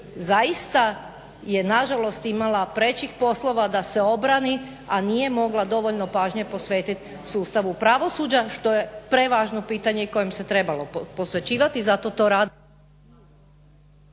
zaista je nažalost imala prečih poslova da se obrani, a nije mogla dovoljno pažnje posvetit sustavu pravosuđa što je prevažno pitanje kojim se trebalo posvećivat i zato to